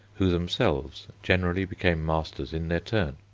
who themselves generally became masters in their turn.